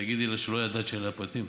ותגידי לה שלא ידעת שאלה הפרטים.